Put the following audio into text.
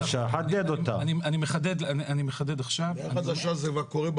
אין ויכוח, אני חושב שגם שחר הציג את זה.